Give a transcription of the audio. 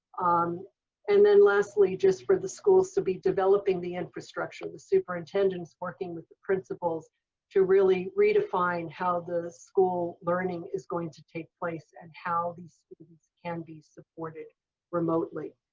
um and then lastly, just for the schools to be developing the infrastructure. the superintendents working with the principals to really redefine how the school learning is going to take place and how these students can be supported remotely.